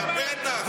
בטח.